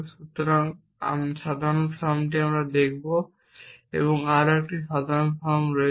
সুতরাং সাধারণ ফর্মটি দেখব আরও একটি সাধারণ ফর্ম রয়েছে